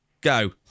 Go